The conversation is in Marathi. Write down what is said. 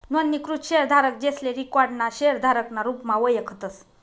नोंदणीकृत शेयरधारक, जेसले रिकाॅर्ड ना शेयरधारक ना रुपमा वयखतस